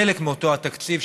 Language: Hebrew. חלק מאותו התקציב,